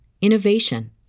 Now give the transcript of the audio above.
innovation